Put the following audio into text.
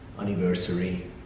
anniversary